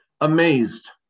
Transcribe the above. Amazed